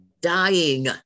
dying